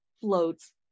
floats